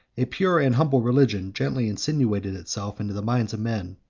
a pure and humble religion gently insinuated itself into the minds of men,